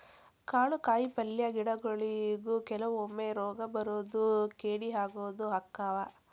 ಕಾಳು ಕಾಯಿಪಲ್ಲೆ ಗಿಡಗೊಳಿಗು ಕೆಲವೊಮ್ಮೆ ರೋಗಾ ಬರುದು ಕೇಡಿ ಆಗುದು ಅಕ್ಕಾವ